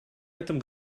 этом